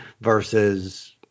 versus